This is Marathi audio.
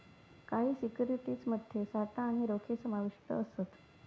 काही सिक्युरिटीज मध्ये साठा आणि रोखे समाविष्ट असत